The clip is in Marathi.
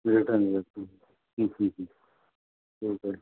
रिटर्न हं हं हं ठीक आहे